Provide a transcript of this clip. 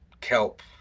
kelp